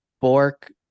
Bork